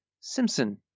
Simpson